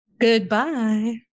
Goodbye